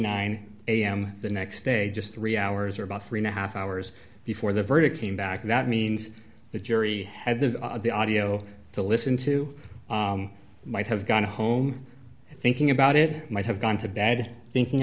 nine am the next day just three hours or about three and a half hours before the verdict came back that means the jury had the audio to listen to might have gone home thinking about it might have gone to bed thinking